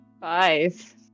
Five